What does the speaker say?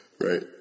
Right